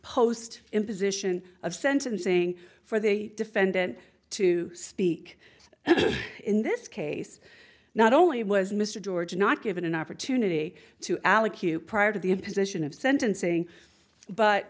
post imposition of sentencing for the defendant to speak in this case not only was mr george not given an opportunity to allocute prior to the imposition of sentencing but